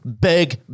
Big